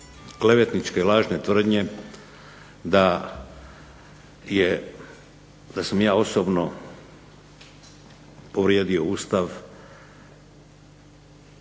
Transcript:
klevetničke lažne tvrdnje da sam ja osobno povrijedio Ustav